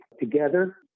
together